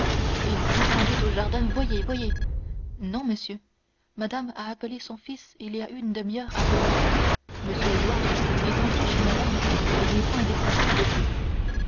il joue sans doute au jardin voyez voyez non monsieur madame a appelé son fils il y a une demi-heure à peu près m édouard est entré chez madame et n'est point descendu depuis